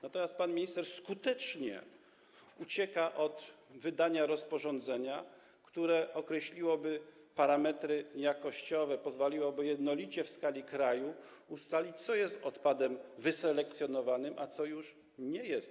Natomiast pan minister skutecznie ucieka od wydania rozporządzenia, które określiłoby parametry jakościowe, pozwoliłoby jednolicie w skali kraju ustalić, co jest odpadem wyselekcjonowanym, a co już nie jest.